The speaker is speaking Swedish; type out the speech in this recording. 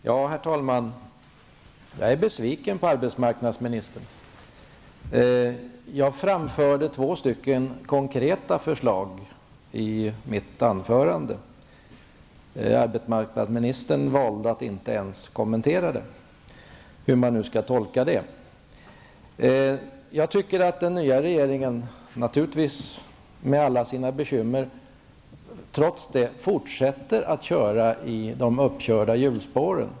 Herr talman! Jag är besviken på arbetsmarknadsministern. Jag framförde två konkreta förslag i mitt anförande. Arbetsmarknadsministern valde att inte ens kommentera dem -- hur man nu skall tolka det. Trots alla bekymmer fortsätter den nya regeringen att köra i de uppkörda hjulspåren.